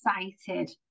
excited